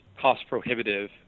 cost-prohibitive